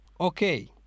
Okay